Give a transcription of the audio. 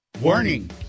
Warning